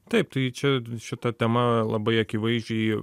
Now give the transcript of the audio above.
taip tai čia šita tema labai akivaizdžiai